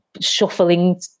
shuffling